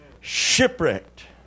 Shipwrecked